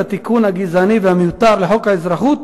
התיקון הגזעני והמיותר לחוק האזרחות,